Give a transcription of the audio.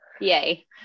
Yay